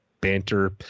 banter